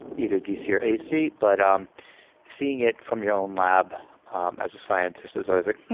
either dc or ac. but um seeing it from your own lab um as a scientist is always ah